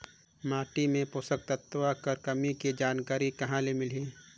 माटी मे पोषक तत्व कर कमी के जानकारी कहां ले मिलही?